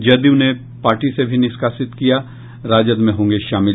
जदयू ने पार्टी से भी किया निष्कासित राजद में होंगे शामिल